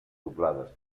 doblades